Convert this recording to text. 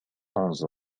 onze